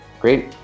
great